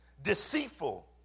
Deceitful